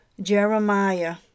Jeremiah